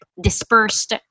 dispersed